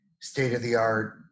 state-of-the-art